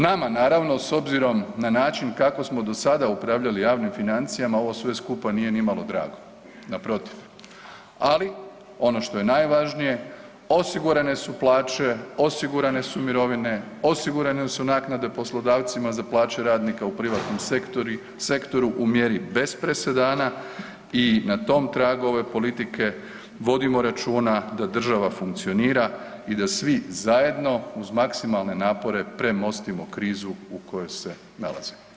Nama naravno s obzirom na način kako smo do sada upravljali javnim financijama ovo sve skupa nije nimalo drago, naprotiv, ali ono što je najvažnije osigurane su plaće, osigurane su mirovine, osigurane su naknade poslodavcima za plaće radnika u privatnom sektoru u mjeri bez presedana i na tom tragu ove politike vodimo računa da država funkcionira i da svi zajedno uz maksimalne napore premostimo krizu u kojoj se nalazimo.